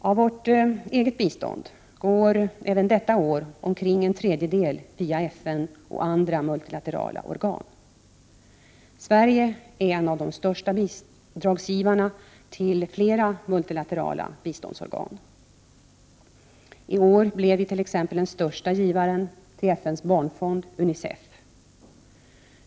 Av vårt eget bistånd går även detta budgetår omkring en tredjedel via FN och andra multilaterala organ. Sverige är en av de största bidragsgivarna till flera multilaterala biståndsorgan. I år blev Sverige t.ex. den största givaren till FN:s barnfond, UNICEF.